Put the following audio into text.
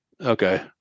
okay